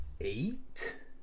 eight